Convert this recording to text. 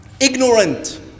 ignorant